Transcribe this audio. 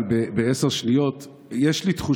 אבל בעשר שניות אני רוצה לומר שיש לי תחושה